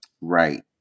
Right